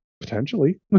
Potentially